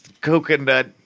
coconut